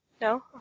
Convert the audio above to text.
No